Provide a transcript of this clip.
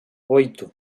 oito